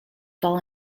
fall